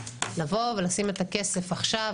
לבוא ולשים את הכסף עכשיו,